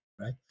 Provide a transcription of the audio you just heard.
right